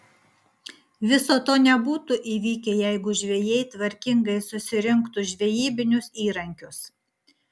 viso to nebūtų įvykę jeigu žvejai tvarkingai susirinktų žvejybinius įrankius